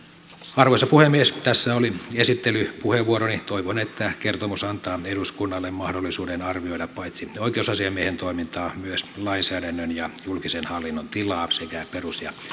arvoisa puhemies tässä oli esittelypuheenvuoroni toivon että kertomus antaa eduskunnalle mahdollisuuden arvioida paitsi oikeusasiamiehen toimintaa myös lainsäädännön ja julkisen hallinnon tilaa sekä perus ja